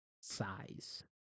size